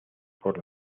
por